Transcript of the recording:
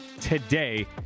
today